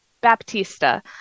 Baptista